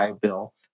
Bill